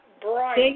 bright